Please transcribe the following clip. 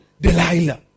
Delilah